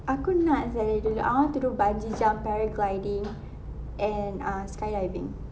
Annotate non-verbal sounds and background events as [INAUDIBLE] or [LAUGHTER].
aku nak sia [NOISE] I want to do bungee jump paragliding and uh skydiving